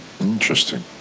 Interesting